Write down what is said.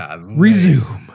resume